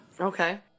Okay